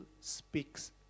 speaks